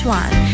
one